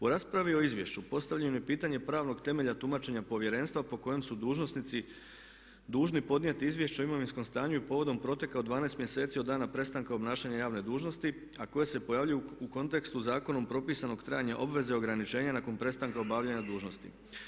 U raspravi o Izvješću postavljeno je pitanje pravnog temelja tumačenja Povjerenstva po kojem su dužnosnici dužni podnijeti Izvješće o imovinskom stanju i povodom proteka od 12 mjeseci od dana prestanka obnašanja javne dužnosti a koje se pojavljuju u kontekstu zakonom propisanog trajanja obveze ograničenja nakon prestanka obavljanja dužnosti.